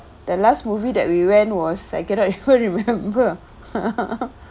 the last movie that we went was I cannot even remember